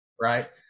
right